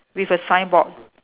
with a signboard